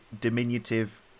diminutive